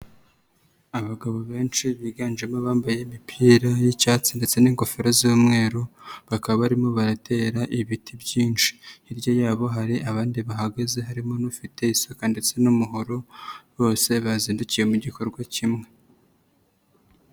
Abagabo benshi biganjemo bambaye imipira y'icyatsi ndetse n'ingofero z'umweru, bakaba barimo baratera ibiti byinshi, hirya yabo hari abandi bahagaze harimo n'ufite isaka ndetse n'umuhoro bose bazindukiye mu gikorwa kimwe.